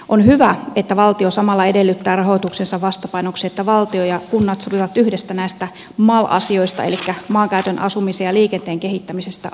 on hyvä että valtio samalla edellyttää rahoituksensa vastapainoksi että valtio ja kunnat sopivat yhdessä näistä mal asioista elikkä maankäytön asumisen ja liikenteen kehittämisestä alueilla